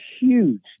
huge